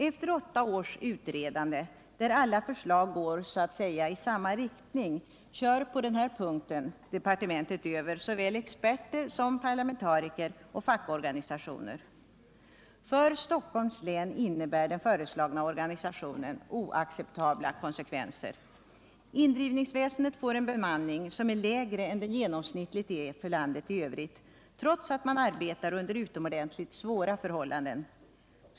Efter åtta års utredande där alla förslag går, så att säga, i samma riktning kör på den här punkten departementet över såväl experter som parlamentariker och fackorganisationer. För Stockholms län innebär den föreslagna organisationen oacceptabla konsekvenser. Indrivningsväsendet får en bemanning som är lägre än den genomsnittligt är i landet i övrigt, trots att man arbetar under utomordentligt svåra förhållanden.